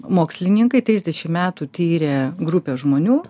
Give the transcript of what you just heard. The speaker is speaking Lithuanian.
mokslininkai taisdešimt metų tyrė grupę žmonių